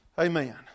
Amen